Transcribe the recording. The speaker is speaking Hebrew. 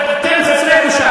אתם חסרי בושה.